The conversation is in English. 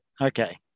Okay